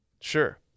Sure